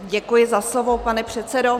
Děkuji za slovo, pane předsedo.